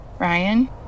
Ryan